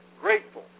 grateful